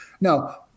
now